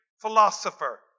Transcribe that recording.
philosopher